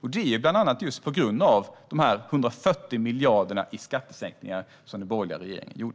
Det är så här bland annat på grund av de 140 miljarderna i skattesänkningar som den borgerliga regeringen stod